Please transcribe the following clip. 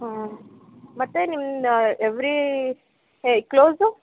ಹಾಂ ಮತ್ತು ನಿಮ್ದು ಎವ್ರೀ ಏ ಕ್ಲೋಸು